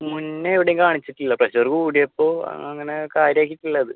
മുന്നേ എവിടെയും കാണിച്ചിട്ടില്ല പ്രഷർ കൂടിയപ്പോൾ അങ്ങനെ കാര്യമാക്കിയിട്ടില്ല അത്